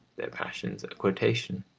their passions a quotation.